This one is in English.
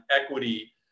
equity